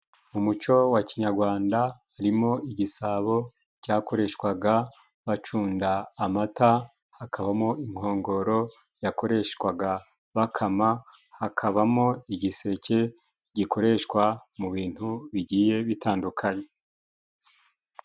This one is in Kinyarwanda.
Mu muco wa kinyarwanda harimo igisabo, cyakoreshwaga bacunda amata, hakabamo inkongoro yakoreshwaga bakama, hakabamo igiseke, gikoreshwa mu bintu bigiye bitandukanye.